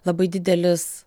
labai didelis